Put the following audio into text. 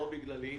לא בגללי,